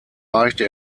reichte